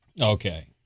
Okay